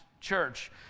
church